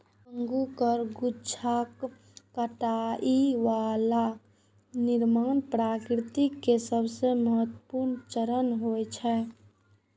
अंगूरक गुच्छाक कटाइ वाइन निर्माण प्रक्रिया केर सबसं महत्वपूर्ण चरण होइ छै